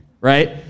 right